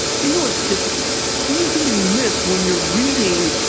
you know, it's it's easily missed when you're reading